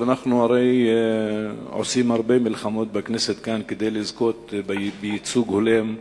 הרי אנחנו עושים הרבה מלחמות בכנסת כאן כדי לזכות בייצוג הולם